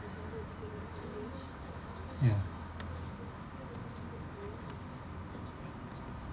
ya